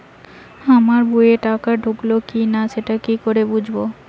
আমার বইয়ে টাকা ঢুকলো কি না সেটা কি করে বুঝবো?